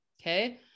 Okay